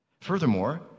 Furthermore